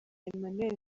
emmanuel